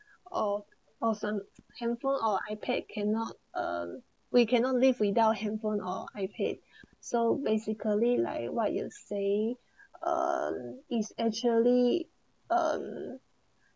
oh awesome handphone our ipad cannot um we cannot live without handphone or ipad so basically like what you say uh is actually um